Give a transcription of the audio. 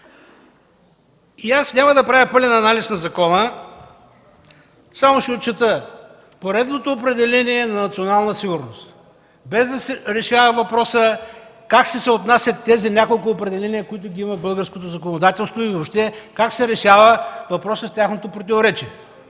Няма да правя пълен анализ на закона, само ще изчета: поредното определение за „национална сигурност”, без да се решава въпросът как ще се отнесат тези няколко определения, които ги има в българското законодателство, и как ще се решава въпросът с тяхното противоречие.